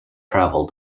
travel